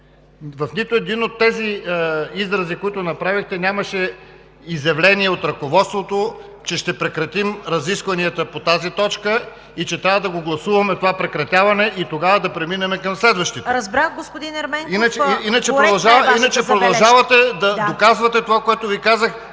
В нито един от изразите, които направихте, нямаше изявление от ръководството, че ще прекратим разискванията по тази точка и че трябва да гласуваме това прекратяване и тогава да преминем към следващите. ПРЕДСЕДАТЕЛ ЦВЕТА КАРАЯНЧЕВА: Разбрах, господин Ерменков. Коректна е Вашата забележка.